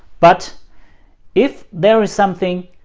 but if there is something,